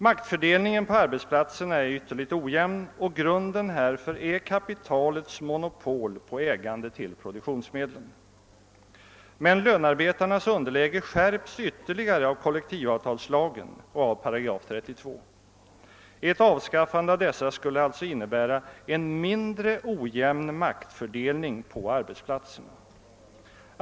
Maktfördelningen på arbetsplatserna är ytterligt ojämn, och grunden härför är kapitalets monopol på ägande av produktionsmedlen. Men lönearbetarnas underläge skärps ytterligare av kollektivavtalslagen och av 8 32. Ett avskaffande av dessa skulle alltså innebära en mindre ojämn maktfördelning på arbetsplatsen.